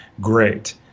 Great